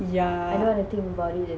yeah